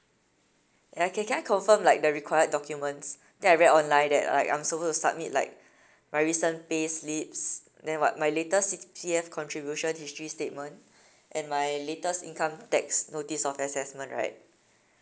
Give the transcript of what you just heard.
ah okay can I confirm like the required documents I think I read online that like I'm supposed to submit like my recent pay slips then what my latest C_P_F contribution history statement and my latest income tax notice of assessment right